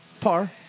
par